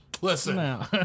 Listen